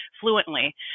fluently